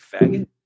faggot